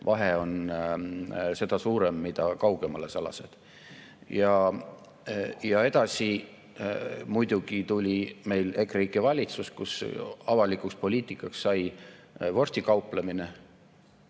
vahe on seda suurem, mida kaugemale sa lased. Ja edasi muidugi tuli meil EKREIKE valitsus, kus avalikuks poliitikaks sai vorstikauplemine,